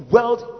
World